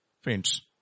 Faints